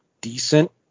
decent